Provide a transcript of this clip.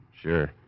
sure